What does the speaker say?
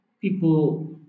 people